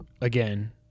again